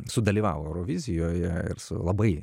sudalyvavo eurovizijoje ir su labai